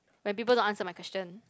when people don't answer my question